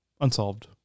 Unsolved